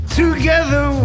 together